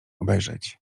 obejrzeć